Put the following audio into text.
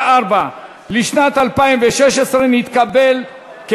ההסתייגויות לא נתקבלו.